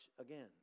again